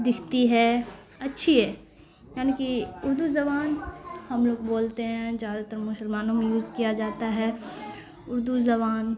دیکھتی ہے اچھی ہے یعنی کہ اردو زبان ہم لوگ بولتے ہیں زیادہ تر مسلمانوں میں یوز کیا جاتا ہے اردو زبان